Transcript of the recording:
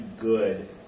good